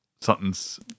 something's